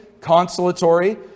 consolatory